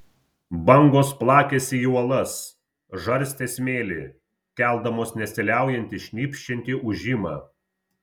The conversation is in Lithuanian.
bangos plakėsi į uolas žarstė smėlį keldamos nesiliaujantį šnypščiantį ūžimą